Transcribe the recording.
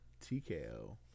TKO